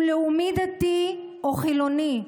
הוא לאומי-דתי או חילוני,